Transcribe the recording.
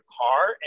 car